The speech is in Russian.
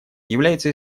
является